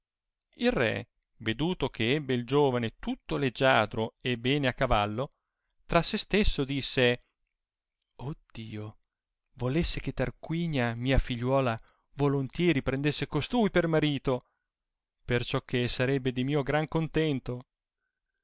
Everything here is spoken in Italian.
il re veduto che ebbe il giovane tutto leggiadro e bene a cavallo tra se stesso disse oh dio volesse che tarquinia mia figliuola volontieri prendesse costui per marito perciò che sarebbe di mio gran contento